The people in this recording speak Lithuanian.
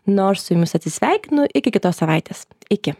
na o aš su jumis atsisveikinu iki kitos savaitės iki